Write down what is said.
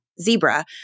zebra